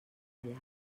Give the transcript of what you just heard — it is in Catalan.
allà